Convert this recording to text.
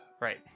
Right